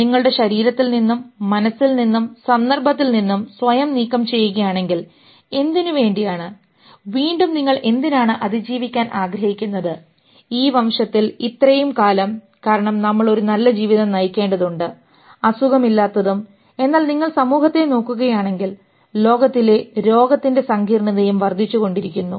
നിങ്ങളുടെ ശരീരത്തിൽ നിന്നും മനസ്സിൽ നിന്നും സന്ദർഭത്തിൽ നിന്നും സ്വയം നീക്കംചെയ്യുകയാണെങ്കിൽ എന്തിനുവേണ്ടിയാണ് വീണ്ടും നിങ്ങൾ എന്തിനാണ് അതിജീവിക്കാൻ ആഗ്രഹിക്കുന്നത് ഈ വംശത്തിൽ ഇത്രയും കാലം കാരണം നമ്മൾ ഒരു നല്ല ജീവിതം നയിക്കേണ്ടതുണ്ട് അസുഖമില്ലാത്തതും എന്നാൽ നിങ്ങൾ സമൂഹത്തെ നോക്കുകയാണെങ്കിൽ ലോകത്തിലെ രോഗത്തിൻറെ സങ്കീർണ്ണതയും വർദ്ധിച്ചുകൊണ്ടിരിക്കുന്നു